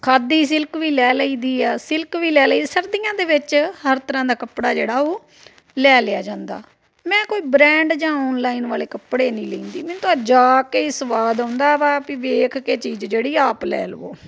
ਖਾਦੀ silk ਵੀ ਲੈ ਲਈਦੀ ਆ ਸਿਲਕ ਵੀ ਲੈ ਲਈ ਸਰਦੀਆਂ ਦੇ ਵਿੱਚ ਹਰ ਤਰ੍ਹਾਂ ਦਾ ਕੱਪੜਾ ਜਿਹੜਾ ਉਹ ਲੈ ਲਿਆ ਜਾਂਦਾ ਮੈਂ ਕੋਈ ਬ੍ਰੈਂਡ ਜਾਂ ਔਨਲਾਈਨ ਵਾਲੇ ਕੱਪੜੇ ਨਹੀਂ ਲੈਂਦੀ ਮੈਨੂੰ ਤਾਂ ਜਾ ਕੇ ਸਵਾਦ ਆਉਂਦਾ ਵਾ ਵੀ ਵੇਖ ਕੇ ਚੀਜ਼ ਜਿਹੜੀ ਆਪ ਲੈ ਲਵੋ